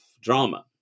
drama